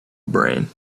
brain